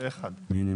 מי נמנע?